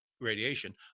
radiation